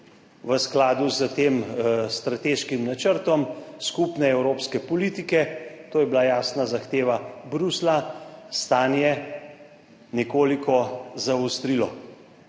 v skladu s tem strateškim načrtom skupne evropske politike, to je bila jasna zahteva Bruslja, stanje nekoliko zaostrilo.